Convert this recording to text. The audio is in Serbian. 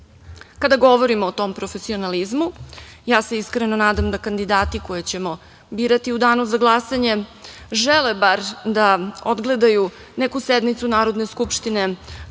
Kada govorimo o tom profesionalizmu, ja se iskreno nadam da kandidati koje ćemo biratiu danu za glasanje, žele bar da odgledaju neku sednicu Narodne skupštine